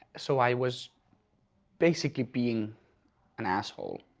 so i was basically being an asshole.